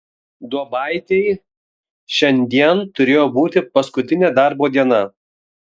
duobaitei šiandien turėjo būti paskutinė darbo diena